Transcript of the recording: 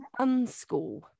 unschool